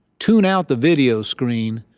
tune out the video screen,